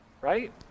Right